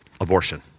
abortion